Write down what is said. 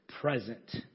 present